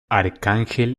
arcángel